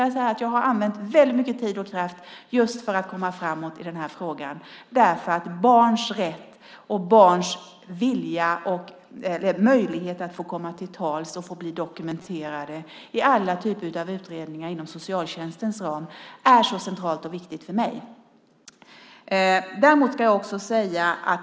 Jag har använt väldigt mycket tid för att komma framåt i den här frågan därför att barns rätt och möjlighet att komma till tals och få bli dokumenterade i alla typer av utredningar inom socialtjänstens ram är centralt och viktigt för mig.